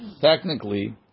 Technically